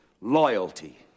loyalty